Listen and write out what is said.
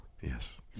Yes